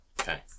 Okay